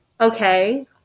Okay